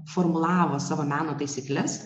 formulavo savo meno taisykles